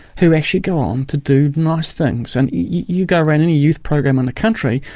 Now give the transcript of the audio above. who actually go on to do nice things. and you go round any youth program in the country,